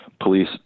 police